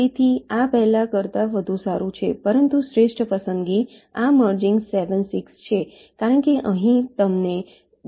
તેથી આ પહેલા કરતા વધુ સારું છે પરંતુ શ્રેષ્ઠ પસંદગી આ મર્જિંગ 7 6 છે કારણ કે અહીં તમને 2 માત્ર 2 મળે છે